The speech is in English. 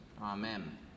Amen